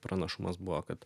pranašumas buvo kad